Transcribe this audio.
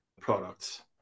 products